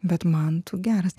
bet man tu geras